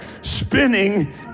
spinning